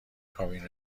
کابین